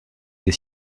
des